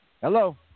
Hello